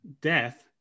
death